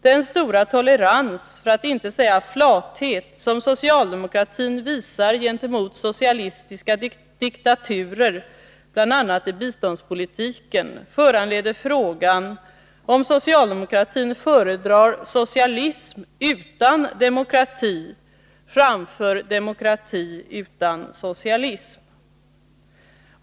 Den stora tolerans, för att inte säga flathet, som socialdemokratin visar gentemot socialistiska diktaturer, bl.a. i biståndspolitiken, föranleder frågan om socialdemokratin föredrar socialism utan demokrati framför demokrati utan socialism.